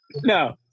No